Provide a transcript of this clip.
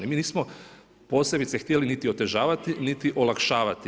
Mi nismo posebice htjeli niti otežavati niti olakšavati.